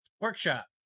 Workshop